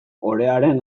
orearen